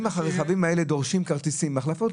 אם הרכבים האלה דורשים כרטיסים והחלפות,